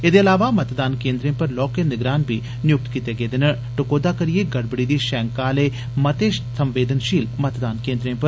एदे इलावा मतदान केन्द्रें पर लौहके निगरान बी लाए गेदे न टकोहदा करिए गड़बड़ी दी शैंका आले मते संवेदनशील मतदान केन्द्रें पर